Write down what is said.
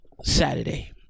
Saturday